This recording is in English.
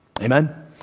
Amen